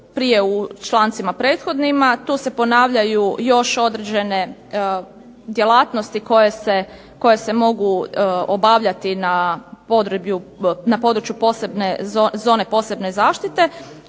već u člancima prethodnima, tu se ponavljaju još određene djelatnosti koje se mogu obavljati na području posebne zone zaštite.